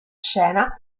scena